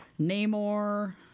namor